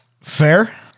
Fair